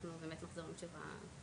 ואנחנו באמת נחזור עם תשובה.